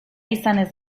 izanez